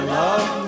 love